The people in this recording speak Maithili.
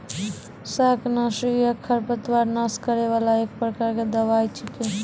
शाकनाशी या खरपतवार नाश करै वाला एक प्रकार के दवाई छेकै